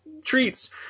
treats